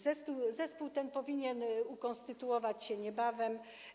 Zespół ten powinien ukonstytuować się niebawem.